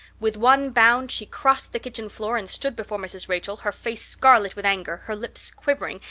with one bound she crossed the kitchen floor and stood before mrs. rachel, her face scarlet with anger, her lips quivering,